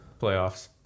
playoffs